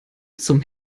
zum